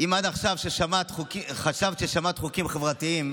אם עד עכשיו חשבת ששמעת חוקים חברתיים,